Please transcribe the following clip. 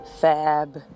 fab